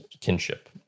kinship